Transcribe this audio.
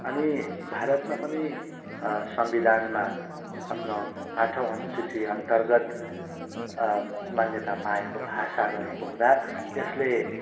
अनि भारतमा पनि संविधानमा आफ्नो आठौँ अनुसूची अन्तर्गत मान्यता पाएको भाषा रहेको हुँदा यसले